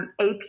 AP